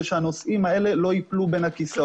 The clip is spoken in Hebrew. שהנושאים האלה לא ייפלו בין הכיסאות.